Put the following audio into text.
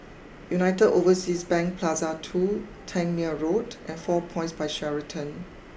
United Overseas Bank Plaza two Tangmere Road and four Points by Sheraton